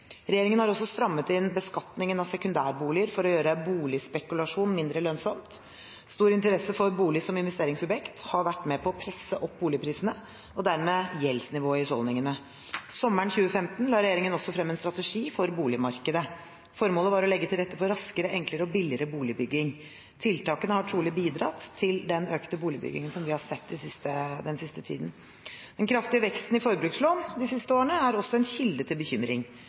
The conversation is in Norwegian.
Regjeringen har også strammet inn beskatningen av sekundærboliger for å gjøre boligspekulasjon mindre lønnsomt. En stor interesse for bolig som investeringsobjekt har vært med på å presse opp boligprisene og dermed gjeldsnivået i husholdningene. Sommeren 2015 la regjeringen frem en strategi for boligmarkedet. Formålet var å legge til rette for raskere, enklere og billigere boligbygging. Tiltakene har trolig bidratt til den økte boligbyggingen vi har sett den siste tiden. Den kraftige veksten i forbrukslån de siste årene er også en kilde til bekymring.